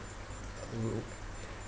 uh